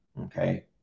Okay